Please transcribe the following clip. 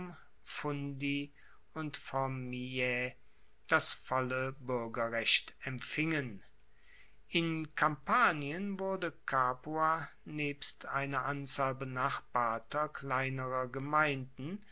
fundi und formiae das volle buergerrecht empfingen in kampanien wurde capua nebst einer anzahl benachbarter kleinerer gemeinden